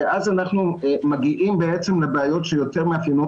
ואז אנחנו מגיעים בעצם לבעיות שיותר מאפיינות